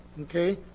okay